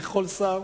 כל שר